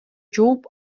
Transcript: жууп